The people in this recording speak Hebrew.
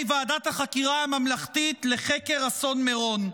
ועדת החקירה הממלכתית לחקר אסון מירון.